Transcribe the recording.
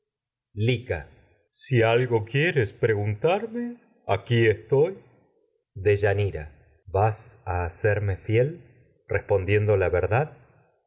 lica si algo quieres preguntarme a serme aquí estoy deyanira vas lica fiel respondiendo la verdad